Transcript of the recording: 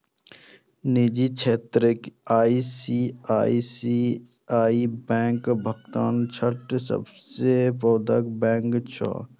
निजी क्षेत्रक ICICI bank भारतक छठम सबसं पैघ बैंक छियै